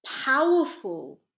powerful